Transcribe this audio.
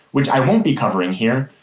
which i will not be covering here,